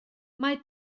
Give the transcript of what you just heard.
mae